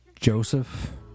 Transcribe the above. Joseph